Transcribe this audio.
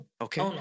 Okay